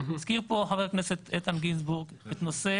הזכיר פה חבר הכנסת איתן גינזבורג את נושא